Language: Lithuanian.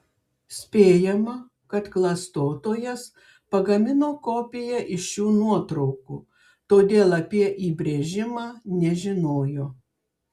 spėjama kad klastotojas pagamino kopiją iš šių nuotraukų todėl apie įbrėžimą nežinojo